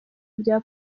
bya